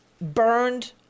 burned